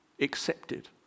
accepted